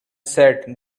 said